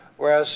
whereas